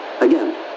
Again